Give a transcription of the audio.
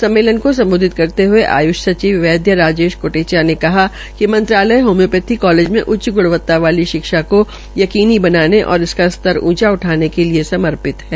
सम्मेलन को सम्बोधित करते हये आ्रयूष वैदया कालेज कोटेचा ने कहा कि मंत्रालय होम्योपैथी कालेज में उचच ग़णवता वाली विभाग की यकीनी बनाने और इसका सतर ऊंचा उठाने के लिये समर्पित है